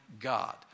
God